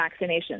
vaccinations